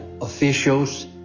officials